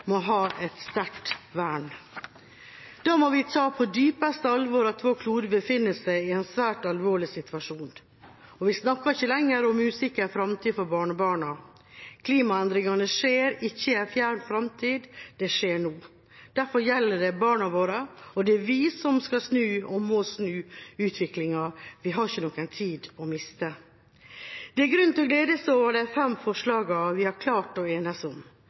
må ha et sterkt vern. Da må vi ta på dypeste alvor at vår klode befinner seg i en svært alvorlig situasjon. Vi snakker ikke lenger om en usikker fremtid for barnebarna. Klimaendringene skjer ikke i en fjern fremtid. De skjer nå. Derfor gjelder det barna våre, og det er vi som skal snu – og må snu – utviklinga. Vi har ingen tid å miste. Det er grunn til å glede seg over de fem forslagene til vedtak vi har klart å enes om,